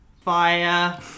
fire